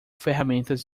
ferramentas